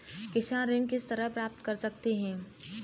किसान ऋण किस तरह प्राप्त कर सकते हैं?